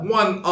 one